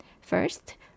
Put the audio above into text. First